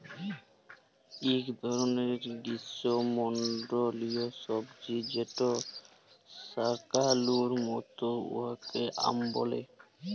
ইক ধরলের গিস্যমল্ডলীয় সবজি যেট শাকালুর মত উয়াকে য়াম ব্যলে